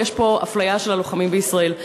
ויש פה אפליה של הלוחמים בישראל.